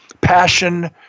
Passion